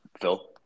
Phil